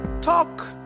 Talk